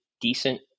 decent